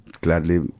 gladly